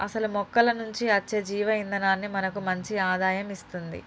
అసలు మొక్కల నుంచి అచ్చే జీవ ఇందనాన్ని మనకి మంచి ఆదాయం ఇస్తుంది